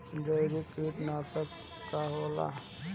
जैविक कीटनाशक का होला?